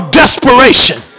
desperation